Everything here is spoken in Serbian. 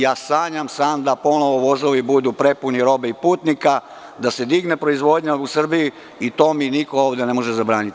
Ja sanjam san da ponovo vozovi budu prepuni robe i putnika, da se digne proizvodnja u Srbiji i to mi niko ovde ne može zabraniti.